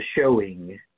showing